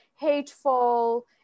Hateful